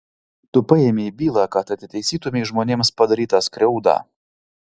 tu paėmei bylą kad atitaisytumei žmonėms padarytą skriaudą